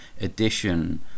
edition